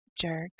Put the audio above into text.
jerk